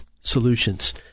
Solutions